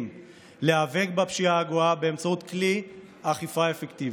להיאבק בפשיעה הגואה באמצעות כלי אכיפה אפקטיבי,